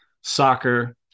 soccer